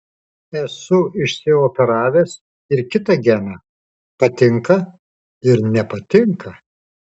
esu išsioperavęs ir kitą geną patinka ir nepatinka